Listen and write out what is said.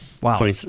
Wow